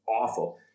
awful